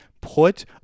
Put